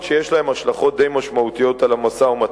מספר שיש להן השלכות די משמעותיות על המשא-ומתן.